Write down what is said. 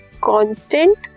constant